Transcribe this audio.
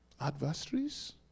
Adversaries